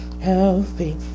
healthy